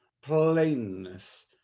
plainness